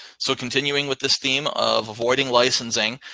so continuing with this theme of avoiding licensing,